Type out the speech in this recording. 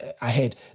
ahead